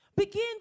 Begin